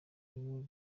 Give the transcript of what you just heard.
nabo